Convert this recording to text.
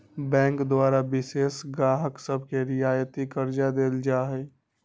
bank द्वारा विशेष गाहक सभके रियायती करजा देल जाइ छइ